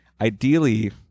ideally